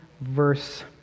verse